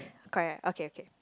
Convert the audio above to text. correct okay okay